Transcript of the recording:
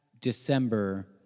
December